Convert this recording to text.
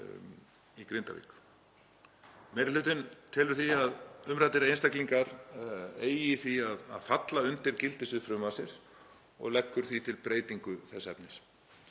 í Grindavík. Meiri hlutinn telur því að umræddir einstaklingar eigi að falla undir gildissvið frumvarpsins og leggur því til breytingu þess efnis.